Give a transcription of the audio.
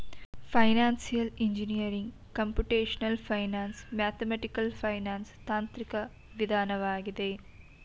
financial engineering computational finance, mathematical finance ತಾಂತ್ರಿಕ ವಿಧಾನವಾಗಿದೆ